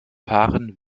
fahren